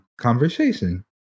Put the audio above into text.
conversation